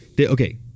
Okay